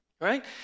right